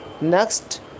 Next